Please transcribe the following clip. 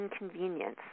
inconvenience